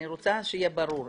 אני רוצה שיהיה ברור,